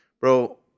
Bro